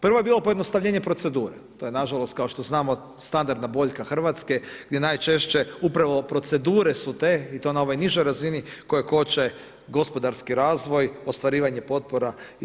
Prvo je bilo pojednostavljenje procedure, to je nažalost, kao što znamo standardna boljka Hrvatske, gdje najčešće, upravo procedure su te i to na ovoj nižoj razini, koje koče gospodarski razvoj ostvarivanje potpora i sl.